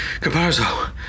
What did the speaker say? Caparzo